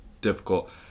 difficult